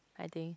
I think